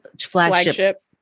flagship